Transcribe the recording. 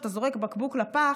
תחשוב, כשאתה זורק בקבוק לפח,